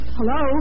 Hello